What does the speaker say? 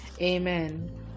Amen